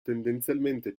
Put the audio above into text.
tendenzialmente